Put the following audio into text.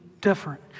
different